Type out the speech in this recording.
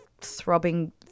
throbbing